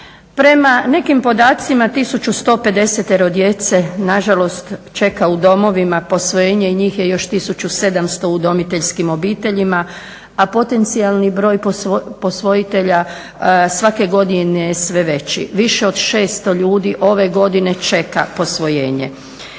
Prema nekim podacima 1150 djece nažalost čeka u domovima posvojenje i njih je još 1700 u udomiteljskim obiteljima, a potencijalni broj posvojitelja svake godine je sve veći. Više od 600 ljudi ove godine čeka posvojenje.